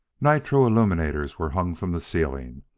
nitro illuminators were hung from the ceiling,